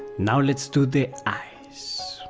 now let's do the eyes.